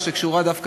חבר הכנסת דוד צור,